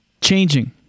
changing